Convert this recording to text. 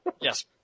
Yes